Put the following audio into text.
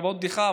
עכשיו עוד בדיחה,